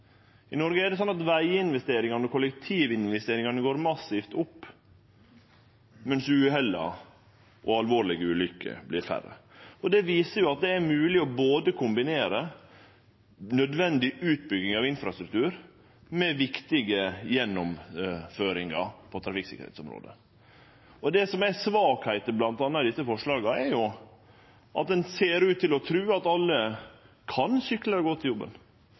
I Noreg er det slik at veginvesteringane og kollektivinvesteringane går massivt opp, mens uhella og alvorlege ulukker vert færre. Det viser at det er mogleg å kombinere nødvendig utbygging av infrastruktur med viktige gjennomføringar på trafikksikkerheitsområdet. Det som er svakheiter bl.a. i desse forslaga, er at ein ser ut til å tru at alle kan sykle eller gå til jobben,